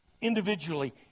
individually